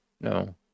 No